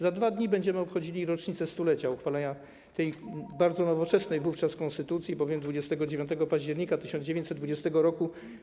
Za 2 dni będziemy obchodzili rocznicę stulecia uchwalenia tej bardzo nowoczesnej wówczas konstytucji, bowiem 29 października 1920 r.